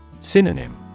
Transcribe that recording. Synonym